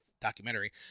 documentary